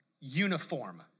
uniform